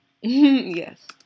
Yes